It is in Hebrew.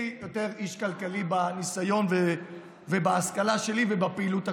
אני יותר איש כלכלי בניסיון ובהשכלה שלי ובפעילות הקודמת,